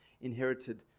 inherited